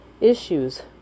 issues